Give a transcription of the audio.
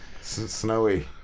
Snowy